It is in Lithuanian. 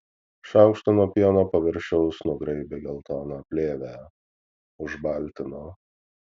šaukštu nuo pieno paviršiaus nugraibė geltoną plėvę užbaltino